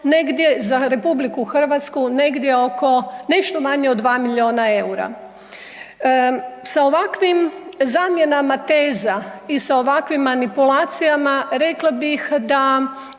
za RH, negdje oko, nešto manje od 2 milijuna EUR-a. Sa ovakvim zamjenama tezama i sa ovakvim manipulacijama rekla bih da